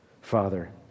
Father